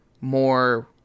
more